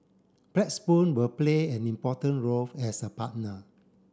Blackstone will play an important role as a partner